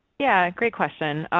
yeah, great question.